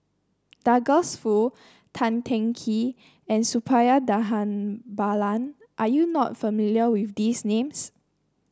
Douglas Foo Tan Teng Kee and Suppiah Dhanabalan are you not familiar with these names